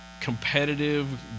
competitive